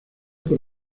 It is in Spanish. por